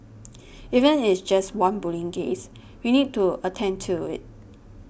even it's just one bullying case we need to attend to it